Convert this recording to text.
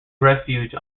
refuge